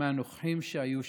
מהנוכחים שהיו שם.